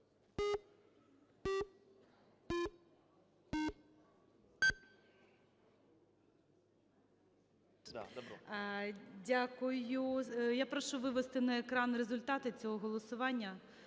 Дякую. Я прошу вивести на екран результати цього голосування.